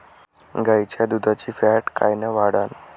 गाईच्या दुधाची फॅट कायन वाढन?